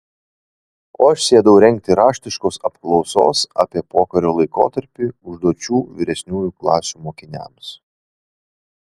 o aš sėdau rengti raštiškos apklausos apie pokario laikotarpį užduočių vyresniųjų klasių mokiniams